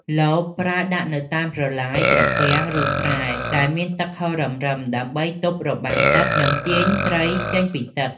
លបប្រើដាក់នៅតាមប្រឡាយ ត្រពាំង ឬស្រែដែលមានទឹកហូររឹមៗ ដើម្បីទប់របាំងទឹក និងទាញត្រីចេញពីទឹក។